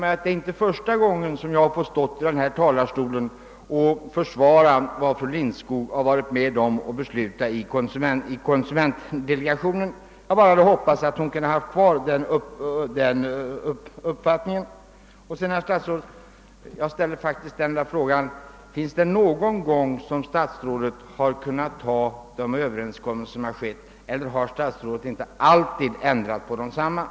Detta är inte första gången som jag stått i denna talarstol och försvarat vad fru Lindskog varit med om att besluta i konsumentdelegationen. Jag hade bara hoppats att hon skulle ha blivit kvar vid den uppfattning hon hade under förhandlingarna. Till herr statsrådet vill jag bara rikta frågan: Har statsrådet någon gång kunnat godta de överenskommelser som träffats eller har inte statsrådet alltid ändrat på överenskommelserna?